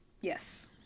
yes